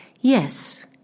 Yes